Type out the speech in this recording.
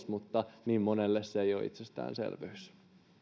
mutta niin monelle se ei ole itsestäänselvyys